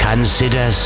Consider